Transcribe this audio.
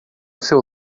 seu